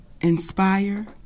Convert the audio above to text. inspire